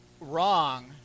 wrong